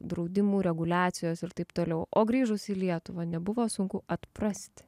draudimų reguliacijos ir taip toliau o grįžus į lietuvą nebuvo sunku atprasti